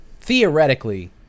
theoretically